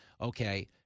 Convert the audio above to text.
Okay